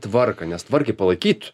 tvarką nes tvarkai palaikyt